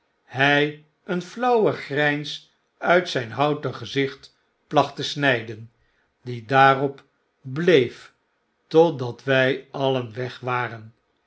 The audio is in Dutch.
hij een flauwe grijns uit zijn houten gezicht placht te snflden die daarop bleef totdat wij alien weg waren